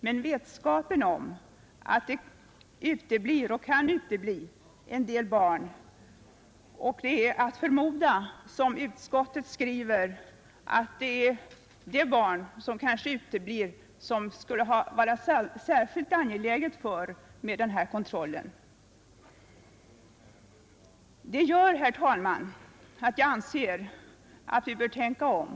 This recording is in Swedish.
Men vetskapen om att en del barn uteblir eller kan utebli — och som utskottet skriver förmodligen just de barn för vilka det skulle vara särskilt angeläget med denna kontroll — gör att jag anser att vi bör tänka om.